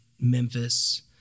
Memphis